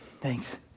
Thanks